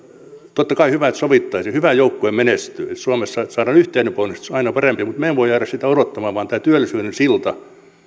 totta kai on hyvä että sovittaisiin hyvä joukkue menestyy suomessa se että saadaan yhteinen ponnistus on aina parempi mutta me emme voi jäädä sitä odottamaan vaan tätä työllisyyden siltaa